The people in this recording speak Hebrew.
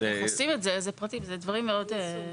איך עושים את זה אלה פרטים מאוד טכניים,